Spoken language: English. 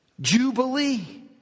jubilee